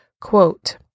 Quote